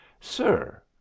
Sir